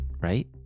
right